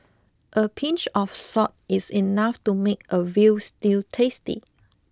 a pinch of salt is enough to make a veal stew tasty